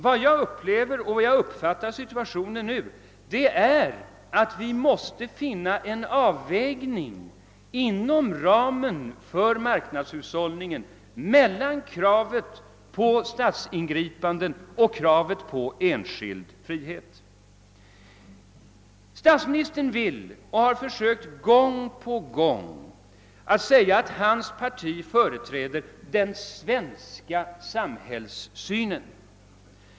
Vad jag upplever och hur jag uppfattar situationen just nu är att vi måste finna en avvägning inom ramen för marknadshushållningen mellan kraven på statsingripande och kraven på enskild frihet. Statsministern har gång på gång försökt säga att hans parti företräder den svenska samhällssynen.